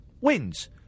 wins